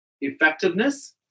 effectiveness